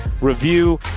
review